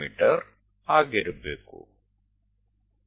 me ಆಗಿರಬೇಕು